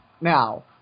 now